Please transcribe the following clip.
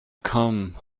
come